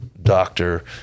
doctor